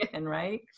right